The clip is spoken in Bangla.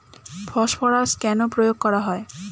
ফসফরাস কেন প্রয়োগ করা হয়?